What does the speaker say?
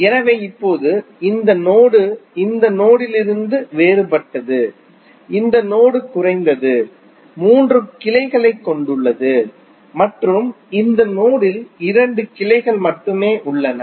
எனவே இப்போது இந்த நோடு இந்த நோடிலிருந்து வேறுபட்டது இந்த நோடு குறைந்தது மூன்று கிளைகளைக் கொண்டுள்ளது மற்றும் இந்த நோடில் இரண்டு கிளைகள் மட்டுமே உள்ளன